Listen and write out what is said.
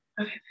Okay